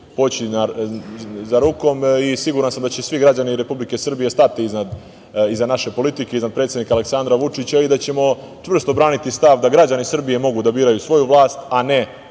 poći za rukom i siguran sam da će svi građani Republike Srbije stati iza naše politike, iznad predsednika Aleksandra Vučića i da ćemo čvrsto braniti stav da građani Srbije mogu da biraju svoju vlast, a ne